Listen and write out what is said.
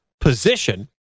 position